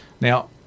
Now